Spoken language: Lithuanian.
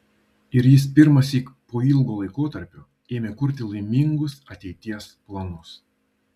ir jis pirmąsyk po ilgo laikotarpio ėmė kurti laimingus ateities planus